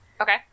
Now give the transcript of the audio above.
Okay